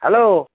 hello